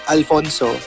Alfonso